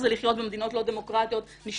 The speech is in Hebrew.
שזו התכונה החשובה ביותר לכל מקבל החלטות בעיניי,